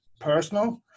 personal